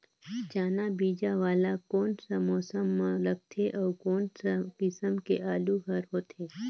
चाना बीजा वाला कोन सा मौसम म लगथे अउ कोन सा किसम के आलू हर होथे?